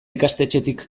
ikastetxetik